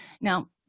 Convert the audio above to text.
Now